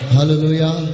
Hallelujah